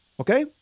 Okay